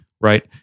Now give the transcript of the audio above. right